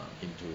into